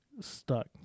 stuck